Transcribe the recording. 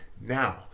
now